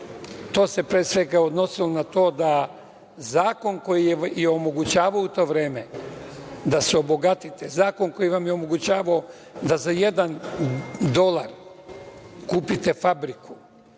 To se, pre svega, odnosilo na to da zakon koji je omogućavao u to vreme da se obogatite, zakon koji vam je omogućavao da za jedan dolar kupite fabriku,